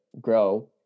grow